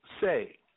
say